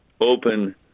open